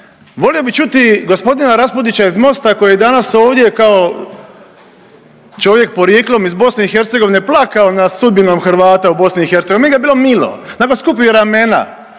Volio bi čuti gospodina Raspudića iz MOST-a koji je danas ovdje kao čovjek porijeklom iz BiH plakao nad sudbinom Hrvata u BiH. Meni ga je bilo milo, onako skupio ramena,